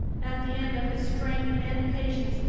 at the end of his strength and patience,